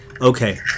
okay